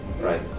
right